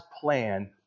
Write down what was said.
plan